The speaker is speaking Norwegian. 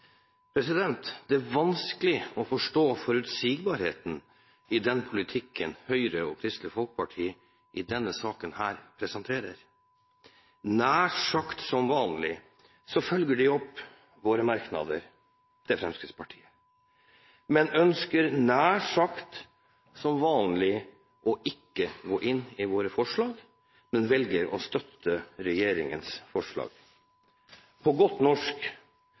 Det er vanskelig å forstå forutsigbarheten i den politikken Høyre og Kristelig Folkeparti presenterer i denne saken. Nær sagt som vanlig følger de opp Fremskrittspartiets merknader, men ønsker, nær sagt som vanlig, ikke å gå inn i våre forslag, men velger å støtte regjeringens forslag. På godt norsk